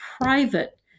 private